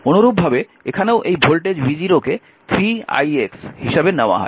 অনুরূপভাবে এখানেও এই ভোল্টেজ v0 কে 3 ix হিসাবে নেওয়া হয়